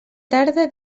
tarda